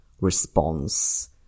response